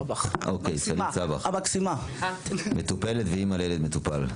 אוקיי, סלעית סבח, מטופלת ואימא לילד מטופל.